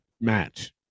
match